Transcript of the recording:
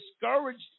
discouraged